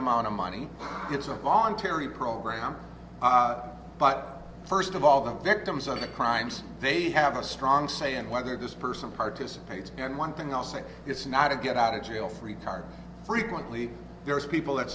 amount of money it's a voluntary program but first of all the victims of the crimes they have a strong say in whether this person participates and one thing i'll say it's not a get out of jail free card frequently there are people that